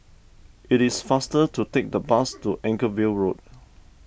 it is faster to take the bus to Anchorvale Road